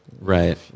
Right